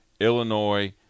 illinois